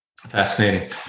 Fascinating